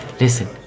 Listen